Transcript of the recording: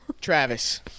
Travis